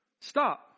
Stop